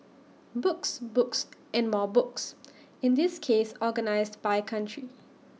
books books and more books in this case organised by country